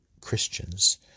Christians